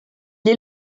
est